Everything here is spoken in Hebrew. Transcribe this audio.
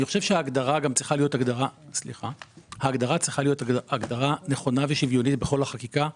אני חושב שההגדרה צריכה להיות הגדרה נכונה ושוויונית בכל החקיקה,